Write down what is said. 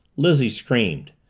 lizzie screamed.